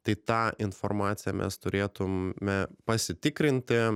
tai tą informaciją mes turėtum me pasitikrinti